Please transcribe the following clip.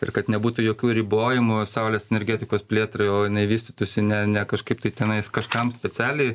ir kad nebūtų jokių ribojimų saulės energetikos plėtrai o jinai vystytųsi ne ne kažkaip tai tenais kažkam specialiai